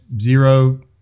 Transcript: zero